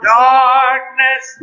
darkness